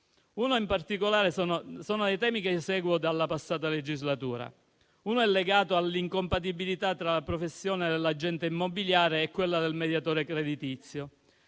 Sono i temi che seguo dalla passata legislatura ed uno è legato all'incompatibilità tra professione dell'agente immobiliare e quella del mediatore creditizio.